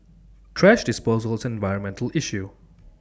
thrash disposal is an environmental issue